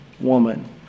woman